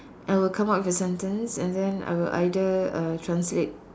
I will come out with a sentence and then I will either uh translate